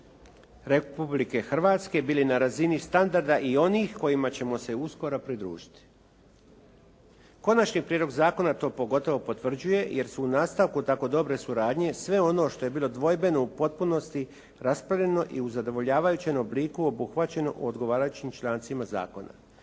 Republike Hrvatske bili na razini standarda i onih kojima ćemo se uskoro pridružiti. Konačni prijedlog zakona to pogotovo potvrđuje, jer su u nastavku tako dobre suradnje sve ono što je bilo dvojbeno u potpunosti raspravljeno i u zadovoljavajućem obliku obuhvaćeno u odgovarajućim člancima zakona.